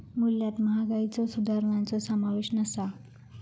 मूल्यात महागाईच्यो सुधारणांचो समावेश नसा